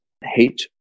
hate